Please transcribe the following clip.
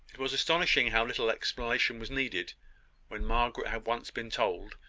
it was astonishing how little explanation was needed when margaret had once been told,